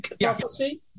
prophecy